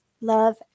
love